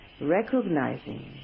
recognizing